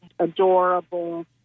adorable